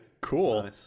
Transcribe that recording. Cool